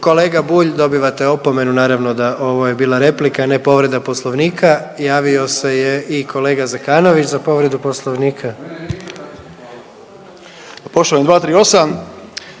Kolega Bulj, dobivate opomenu, naravno da ovo je bila replika, a ne povreda Poslovnika. Javio se je i kolega Zekanović za povredu Poslovnika. **Zekanović,